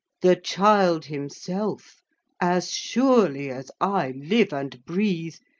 the child himself as surely as i live and breathe,